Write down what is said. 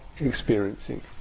experiencing